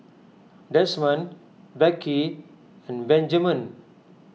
Desmond Becky and Benjaman